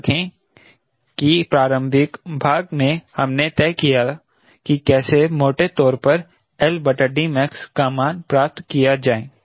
याद करें कि प्रारंभिक भाग में हमने तय किया कि कैसे मोटे तौर पर max का मान प्राप्त किया जाए